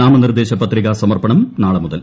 നാമനിർദ്ദേശ ന് പത്രികാ സമർപ്പണം നാളെ മുതൽ